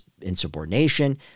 insubordination